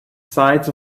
sides